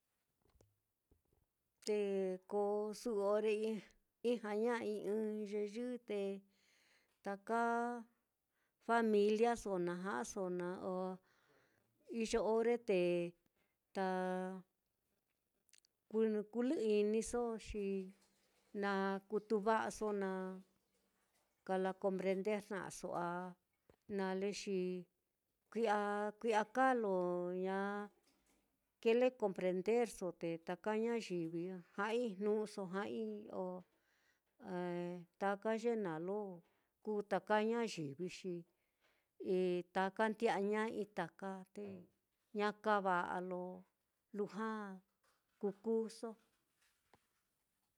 Te ko su'u orre ijñaña'ai ɨ́ɨ́n ye yɨ, taka familiaso naja'aso, na o iyo ore te ta ku kulɨ-iniso, xi na kutu va'aso na kala comprender jna'aso a nale xi kui'a kui'a kaa lo ña kile comprenderso, te taka ñayivi á ja'ai jnu'uso, ja'ai o taka ye naá lo kuu taka ñayivi, xi taka nde'aña'ai, taka te ña kava'a lo lujua kukuuso.